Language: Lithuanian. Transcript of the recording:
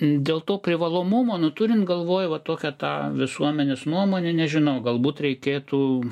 dėl to privalomumo nu turint galvoj va tokią tą visuomenės nuomonę nežinau galbūt reikėtų